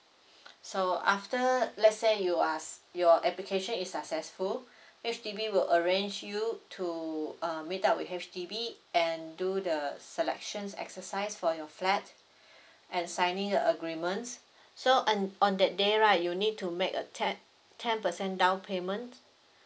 so after let's say you are s~ your application is successful H_D_B will arrange you to uh meet up with H_D_B and do the selections exercise for your flat and signing the agreements so uh on that day right you need to make a ten ten percent down payment